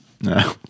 No